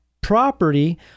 property